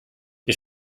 wir